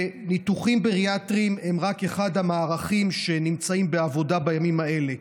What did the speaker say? וניתוחים בריאטריים הם רק אחד המערכים שנמצאים בעבודה בימים האלה.